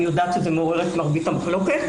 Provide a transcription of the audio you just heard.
אני יודעת שזה מעורר את מרבית המחלוקת.